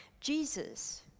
Jesus